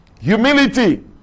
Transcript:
Humility